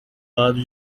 lado